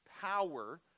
power